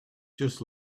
just